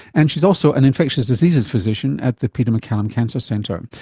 and she is also an infectious diseases physician at the peter mccallum cancer centre.